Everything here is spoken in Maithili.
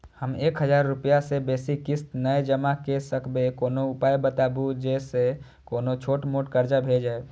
हम एक हजार रूपया से बेसी किस्त नय जमा के सकबे कोनो उपाय बताबु जै से कोनो छोट मोट कर्जा भे जै?